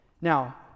Now